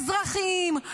אזרחיים.